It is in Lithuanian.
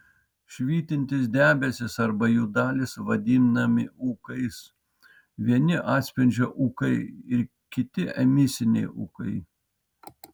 švytintys debesys arba jų dalys vadinami ūkais vieni atspindžio ūkai kiti emisiniai ūkai